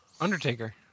Undertaker